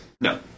No